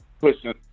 pushing